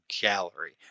gallery